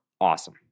awesome